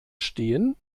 stehen